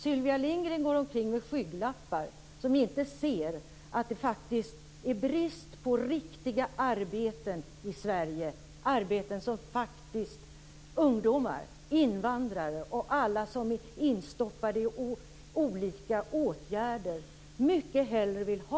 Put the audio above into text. Sylvia Lindgren går omkring med skygglappar och ser inte att det faktiskt är brist på riktiga arbeten i Sverige, arbeten som faktiskt ungdomar, invandrare och alla som är instoppade i olika åtgärder mycket hellre vill ha.